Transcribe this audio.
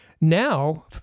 now